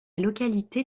localité